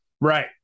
Right